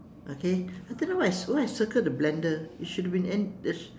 okay I don't know why I why I circle the blender it should have been and there's